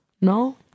no